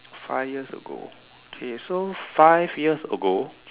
five years ago okay so five years ago